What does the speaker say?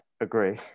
agree